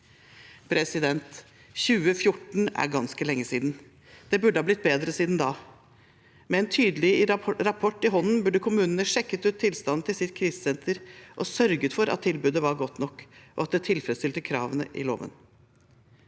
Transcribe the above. gruppene. 2014 er ganske lenge siden. Det burde ha blitt bedre siden da. Med en tydelig rapport i hånden burde kommunene sjekket ut tilstanden til sitt krisesenter og sørget for at tilbudet var godt nok, og at det tilfredsstilte kravene i loven.